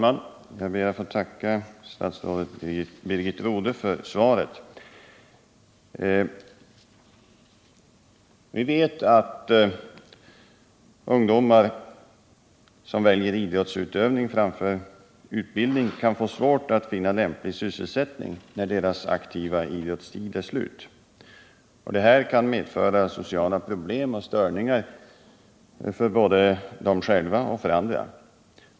Herr talman! Jag ber att få tacka statsrådet Birgit Rodhe för svaret. Vi vet att ungdomar som väljer idrottsutövning framför utbildning kan få svårt att finna lämplig sysselsättning när deras aktiva idrottstid är slut. Detta kan medföra sociala problem och störningar för både dem själva och andra.